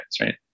right